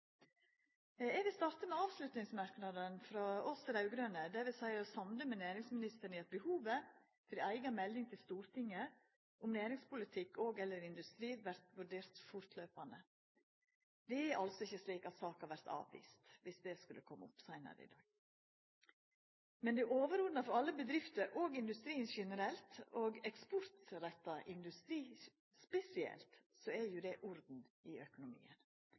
Eg vil starta med avslutningsmerknadene frå oss raud-grøne, der vi seier oss samde med næringsministeren i at behovet for ei eiga melding til Stortinget om næringspolitikk og/eller industri vert vurdert fortløpande. Det er altså ikkje slik at saka vert avvist, dersom det skulle komma opp seinare i dag. Men det overordna for alle bedrifter og industri generelt, og eksportretta industri spesielt, er jo orden i økonomien,